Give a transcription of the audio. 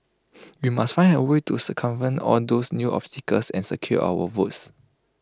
we must find A way to circumvent all those new obstacles and secure our votes